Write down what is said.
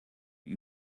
die